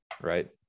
right